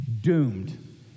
doomed